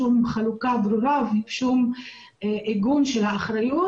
שום חלוקה ברורה ושום איגום של האחריות.